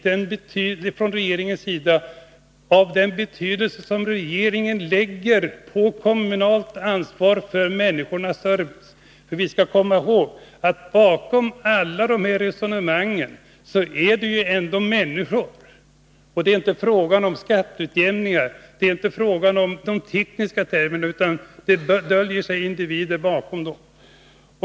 Det är en markering av den betydelse som regeringen tillmäter kommu nernas ansvar för människornas service. För vi skall komma ihåg att bakom alla de här resonemangen är det ju ändå människor. Det är inte fråga om skatteutjämningar, det är inte fråga om de tekniska termerna, utan bakom allt detta döljer sig individer.